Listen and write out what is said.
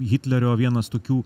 hitlerio vienas tokių